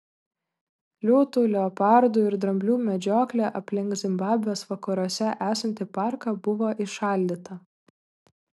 liūtų leopardų ir dramblių medžioklė aplink zimbabvės vakaruose esantį parką buvo įšaldyta